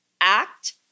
act